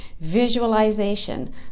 visualization